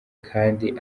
kandi